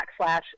backslash